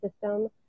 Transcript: system